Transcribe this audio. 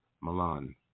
Milan